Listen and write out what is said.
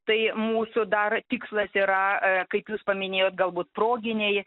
tai mūsų dar tikslas yra kaip jūs paminėjot galbūt proginiai